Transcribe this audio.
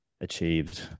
achieved